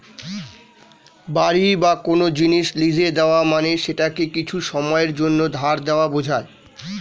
বাড়ি বা কোন জিনিস লীজে দেওয়া মানে সেটাকে কিছু সময়ের জন্যে ধার দেওয়া বোঝায়